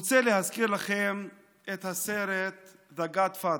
רוצה להזכיר לכם את הסרט The Godfather.